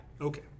okay